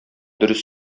дөрес